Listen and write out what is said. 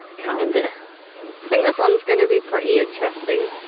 kinda. i think this one is gonna be pretty interesting.